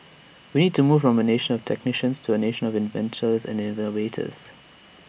we need to move from A nation of technicians to A nation of inventors and innovators